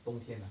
冬天 ah